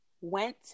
went